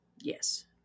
Yes